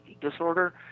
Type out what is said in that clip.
disorder